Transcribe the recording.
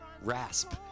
rasp